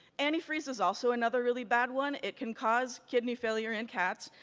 antifreeze is also another really bad one. it can cause kidney failure in cats.